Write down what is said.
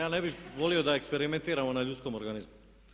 A ja ne bih volio da eksperimentiramo na ljudskom organizmu.